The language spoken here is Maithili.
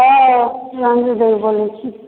हँ रञ्जू देवी बजैत छी